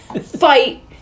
fight